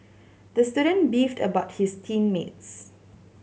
the student beefed about his team mates